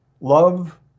love